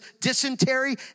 dysentery